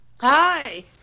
Hi